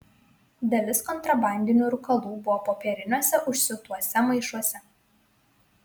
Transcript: dalis kontrabandinių rūkalų buvo popieriniuose užsiūtuose maišuose